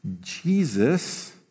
Jesus